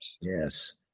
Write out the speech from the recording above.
Yes